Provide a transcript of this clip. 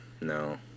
No